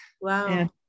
wow